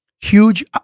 huge